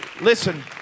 Listen